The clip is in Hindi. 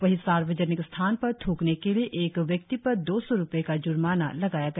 वहीं सार्वजनिक स्थान पर थूकने के लिए एक व्यक्ति पर दौ सौ रुपये का ज्र्माना लगाया गया